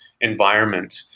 environment